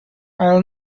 i’ll